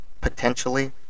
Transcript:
potentially